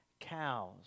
cows